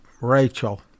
Rachel